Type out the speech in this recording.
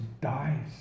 dies